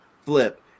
flip